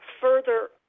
further